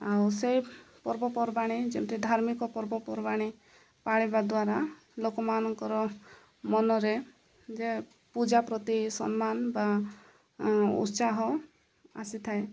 ଆଉ ସେଇ ପର୍ବପର୍ବାଣି ଯେମିତି ଧାର୍ମିକ ପର୍ବପର୍ବାଣି ପାଳିବା ଦ୍ୱାରା ଲୋକମାନଙ୍କର ମନରେ ଯେ ପୂଜା ପ୍ରତି ସମ୍ମାନ ବା ଉତ୍ସାହ ଆସିଥାଏ